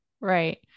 Right